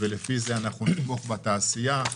לפי זה נתמוך בתעשייה.